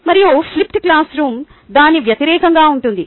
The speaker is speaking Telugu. మరియు ఫ్లిప్డ్ క్లాస్రూమ్ దాని వ్యతిరేకంగా ఉంటుంది